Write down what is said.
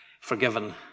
forgiven